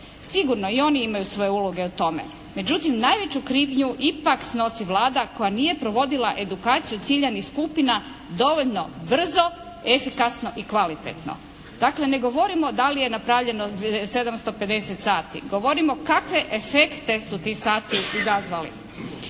Sigurno i oni imaju svoje uloge u tome. Međutim najveću krivnju ipak snosi Vlada koja nije provodila edukaciju ciljanih skupina dovoljno brzo, efikasno i kvalitetno. Dakle, ne govorimo da li je napravljeno 750 sati. Govorimo kakve efekte su ti sati izazvali.